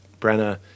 Brenna